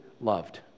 loved